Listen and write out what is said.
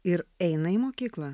ir eina į mokyklą